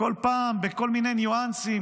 כל פעם בכל מיני ניואנסים,